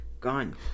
gone